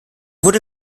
wurde